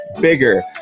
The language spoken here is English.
bigger